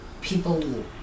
people